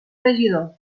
regidor